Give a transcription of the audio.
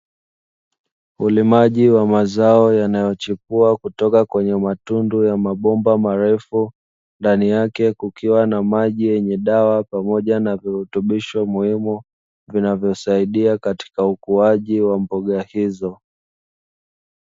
Ulimaji wa mazao yanayochipua kutoka kwenye matundu ya mabomba marefu, ndani yake kukiwa na maji yenye dawa pamoja na virutubisho muhimu, vinavyosaidia katika ukuaji wa mboga hizo.